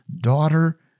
daughter